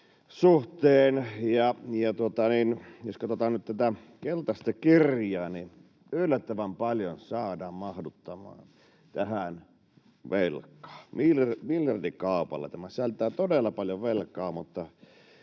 Jos katsotaan nyt tätä keltaista kirjaa, niin yllättävän paljon saadaan mahdutettua tähän velkaa, miljardikaupalla. Tämä sisältää todella paljon velkaa, mutta